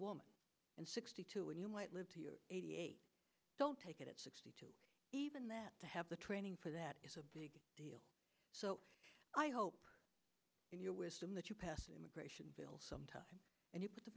woman and sixty two and you might live eighty eight don't take it at sixty two even that to have the training for that is a big deal so i hope in your wisdom that you pass an immigration bill some time and you put